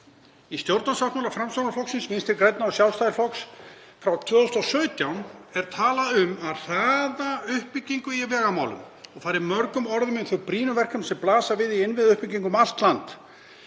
Í stjórnarsáttmála Framsóknarflokks, Vinstri grænna og Sjálfstæðisflokks frá 2017 er talað um að hraða uppbyggingu í vegamálum og farið mörgum orðum um þau brýnu verkefni sem blasa við í innviðauppbyggingu um allt land.